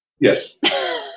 yes